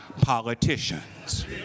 politicians